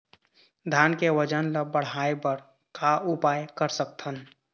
धान के वजन ला बढ़ाएं बर का उपाय कर सकथन?